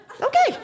Okay